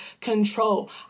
control